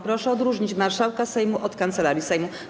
Proszę odróżnić marszałka Sejmu od Kancelarii Sejmu.